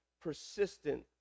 persistent